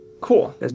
Cool